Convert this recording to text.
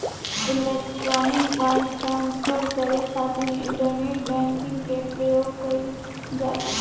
electronic fund transfer करे खातिर internet banking के प्रयोग कईल जाला